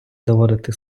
доводити